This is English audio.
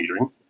metering